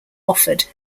offered